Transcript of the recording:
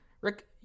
Rick